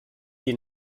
die